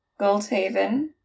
Goldhaven